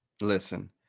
Listen